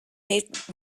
heeft